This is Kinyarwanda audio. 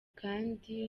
kandi